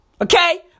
Okay